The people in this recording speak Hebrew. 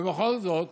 ובכל זאת,